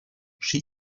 she